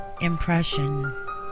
impression